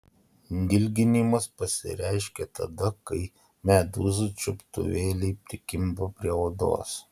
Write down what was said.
dilginimas pasireiškia tada kai medūzų čiuptuvėliai prikimba prie odos